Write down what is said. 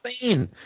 insane